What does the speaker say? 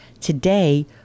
Today